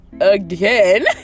again